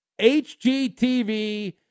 HGTV